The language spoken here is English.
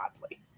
godly